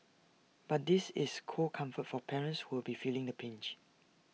but this is cold comfort for parents who'll be feeling the pinch